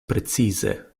precize